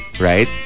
right